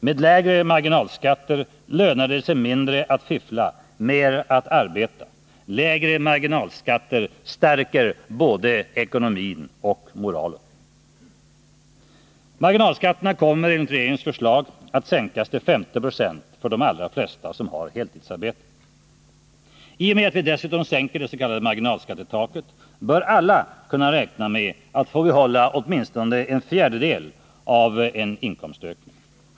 Med lägre marginalskatter lönar det sig mindre att fiffla, mer att arbeta. Lägre marginalskatter stärker både ekonomin och moralen. Marginalskatterna kommer enligt regeringens förslag att sänkas till 50 96 för de allra flesta som har heltidsarbete. I och med att vi dessutom sänker det s.k. marginalskattetaket bör alla kunna räkna med att få behålla åtminstone en fjärdedel av en inkomstökning.